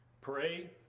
pray